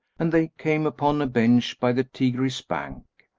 and they came upon a bench by the tigris' bank.